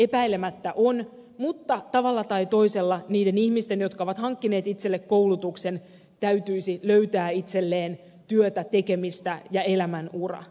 epäilemättä on mutta tavalla tai toisella niiden ihmisten jotka ovat hankkineet itselle koulutuksen täytyisi löytää itselleen työtä tekemistä ja elämänura